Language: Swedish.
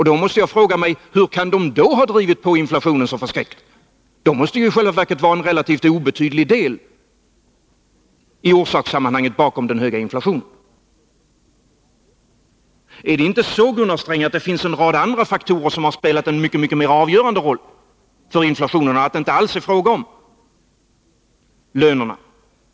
Då måste jag fråga: Hur kan de då ha drivit på inflationen så förskräckligt? De måste i själva verket vara. en relativt obetydlig del i orsakssammanhanget bakom den höga inflationen. Är det inte så, Gunnar Sträng, att en rad andra faktorer har spelat en mycket mer avgörande roll för inflationen och att det inte alls är fråga om lönerna?